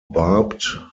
barbed